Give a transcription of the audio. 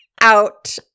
out